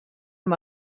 amb